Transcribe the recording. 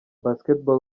basketball